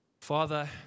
Father